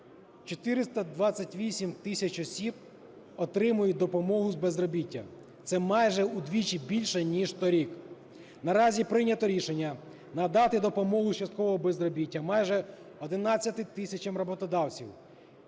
428 тисяч осіб отримують допомогу з безробіття. Це майже удвічі більше, ніж торік. Наразі прийнято рішення надати допомогу з часткового безробіття майже 11 тисячам роботодавців.